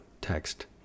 text